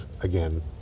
again